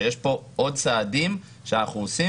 שיש פה עוד צעדים שאנחנו עושים,